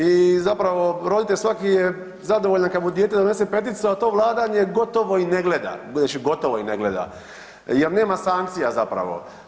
I zapravo roditelj svaki je zadovoljan kad mu dijete donese peticu, a to vladanje gotovo i ne gleda, gledajući gotovo i ne gleda jer nema sankcija zapravo.